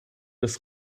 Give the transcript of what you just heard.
des